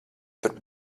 turp